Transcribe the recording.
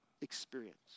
experience